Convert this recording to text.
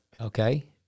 okay